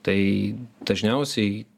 tai dažniausiai